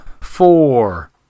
four